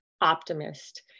optimist